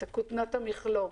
את כותנת המכלוא,